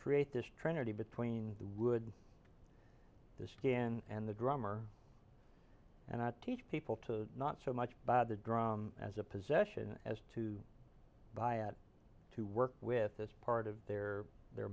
create this trinity between the wood the skin and the drummer and i teach people to not so much by the drum as a possession as to buy it to work with this part of their their